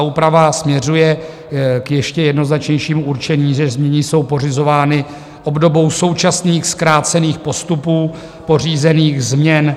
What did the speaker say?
Úprava směřuje k ještě jednoznačnějšímu určení, že změny jsou pořizovány obdobou současných zkrácených postupů pořízených změn.